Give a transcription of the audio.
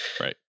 Right